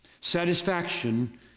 satisfaction